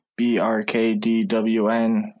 BRKDWN